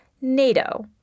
NATO